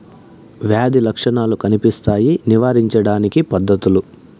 వ్యాధి లక్షణాలు కనిపిస్తాయి నివారించడానికి పద్ధతులు?